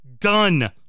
Done